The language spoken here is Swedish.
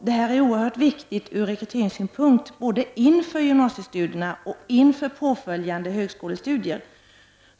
Detta är oerhört viktigt ur rekryteringssynpunkt både inför gymnasiestudierna och inför påföljande högskolestudier.